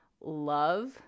love